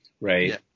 right